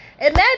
imagine